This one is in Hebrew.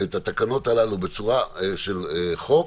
את התקנות הללו בצורה של חוק,